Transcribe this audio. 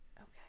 Okay